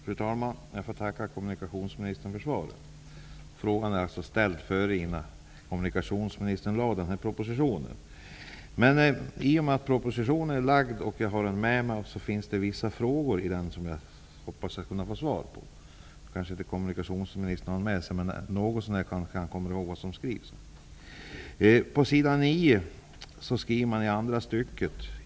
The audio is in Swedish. Fru talman! Jag får tacka kommunikationsministern för svaret. Frågan är ställd innan kommunikationsministern lade fram propositionen om sjöfartspolitiska åtgärder. Jag har dock vissa frågor om det som står i propositionen, som jag hoppas kunna få svar på.